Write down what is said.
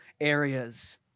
areas